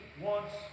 wants